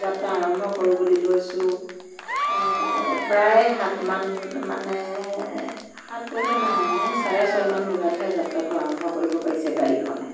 যাত্ৰা আৰম্ভ কৰোঁ বুলি লৈছোঁ প্ৰায় সাত মান মানে সাত বজা নাই চাৰে ছয় মান বজাতহে যাত্ৰাটো আৰম্ভ কৰিব পাৰিছে গাড়ীখনে